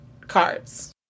cards